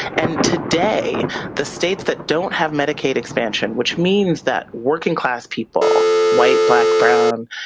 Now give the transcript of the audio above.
and today the states that don't have medicaid expansion, which means that working class people, white, black, brown,